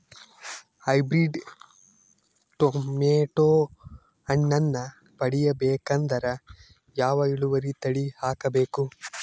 Hybrid tomato ಹಣ್ಣನ್ನ ಪಡಿಬೇಕಂದರ ಯಾವ ಇಳುವರಿ ತಳಿ ಹಾಕಬೇಕು?